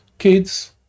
kids